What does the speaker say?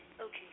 Okay